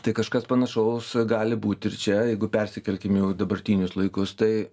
tai kažkas panašaus gali būt ir čia jeigu persikelkim jau į dabartinius laikus tai